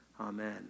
Amen